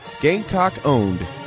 Gamecock-owned